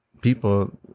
people